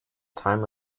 time